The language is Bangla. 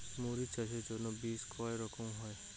মরিচ চাষের জন্য বীজ কয় রকমের হয়?